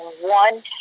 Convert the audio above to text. one